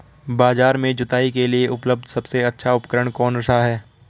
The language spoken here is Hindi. बाजार में जुताई के लिए उपलब्ध सबसे अच्छा उपकरण कौन सा है?